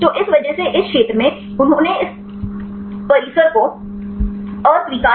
तो इस वजह से इस क्षेत्र में उन्होंने इस परिसर को अस्वीकार कर दिया